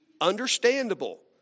Understandable